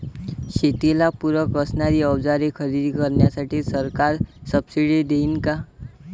शेतीला पूरक असणारी अवजारे खरेदी करण्यासाठी सरकार सब्सिडी देईन का?